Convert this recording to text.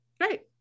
Great